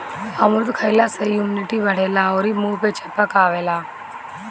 अमरूद खइला से इमुनिटी बढ़ेला अउरी मुंहे पे चमक आवेला